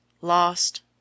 lost